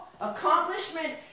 accomplishment